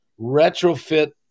retrofit